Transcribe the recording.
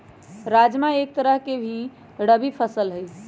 राजमा एक तरह के ही रबी फसल हई